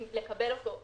יש לי רק